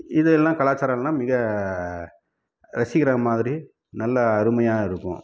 இது எல்லாம் கலாச்சாரம்லாம் மிக ரசிக்கிற மாதிரி நல்ல அருமையாக இருக்கும்